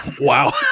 Wow